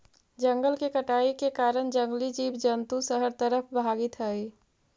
जंगल के कटाई के कारण जंगली जीव जंतु शहर तरफ भागित हइ